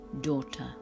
daughter